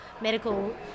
medical